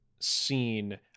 scene